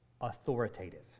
authoritative